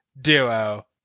duo